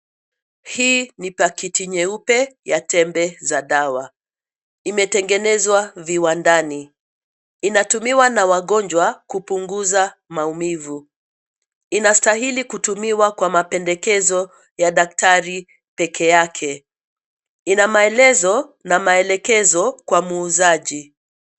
Hii ni pakiti nyeupe ya tembe za dawa, imetengenezwa viwandani. Inatumiwa na wagonjwa kupunguza maumivu. Inastahili kutumiwa kwa mapendekezo ya daktari pekee yake. Ina maelezo na maelekezo kwa muuzaji.